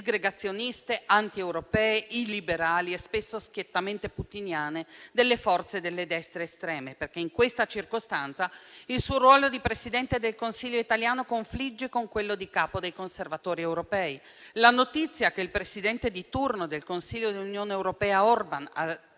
e spesso schiettamente putiniane delle forze delle destre estreme, perché in questa circostanza il suo ruolo di Presidente del Consiglio italiano confligge con quello di capo dei conservatori europei. La notizia che il presidente di turno del Consiglio dell'Unione europea, Orbàn,